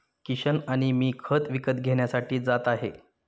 किशन आणि मी खत विकत घेण्यासाठी जात आहे